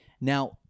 Now